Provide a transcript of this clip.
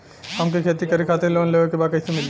हमके खेती करे खातिर लोन लेवे के बा कइसे मिली?